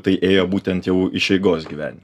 tai ėjo būtent jau iš eigos gyvenime